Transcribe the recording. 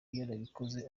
yarabikoze